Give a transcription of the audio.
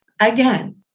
again